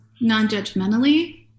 non-judgmentally